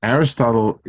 Aristotle